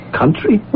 country